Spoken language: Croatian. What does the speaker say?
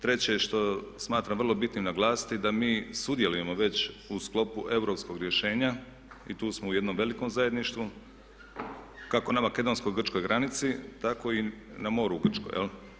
Treće što smatram vrlo bitnim naglasiti da mi sudjelujemo već u sklopu europskog rješenja i tu smo u jednom velikom zajedništvu kako na makedonsko-grčkoj granici, tako i na moru u Grčkoj.